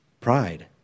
pride